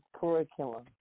curriculum